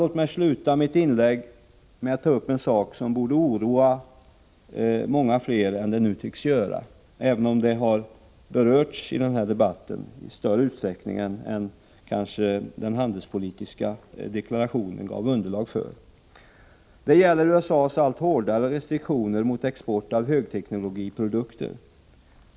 Låt mig sluta mitt inlägg med att ta upp en sak som borde oroa många fler än nu tycks vara fallet — även om detta har berörts i den här debatten i större utsträckning än kanske den handelspolitiska deklarationen gav underlag för. Det gäller USA:s allt hårdare restriktioner mot export av högteknologiprodukter.